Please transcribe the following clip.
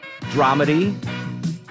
dramedy